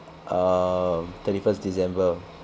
uh thirty first december